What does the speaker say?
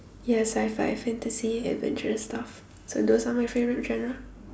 yes sci-fi fantasy adventurous stuff so those are my favourite genre